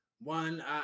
one